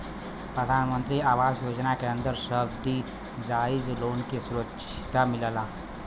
प्रधानमंत्री आवास योजना के अंदर सब्सिडाइज लोन क सुविधा मिलला